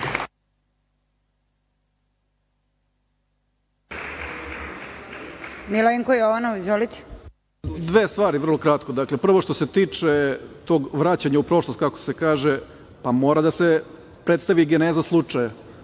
**Milenko Jovanov** Dve stvari, vrlo kratko. Dakle, prvo što se tiče tog vraćanja u prošlost, kako se kaže, pa mora da se predstavi geneza slučaja.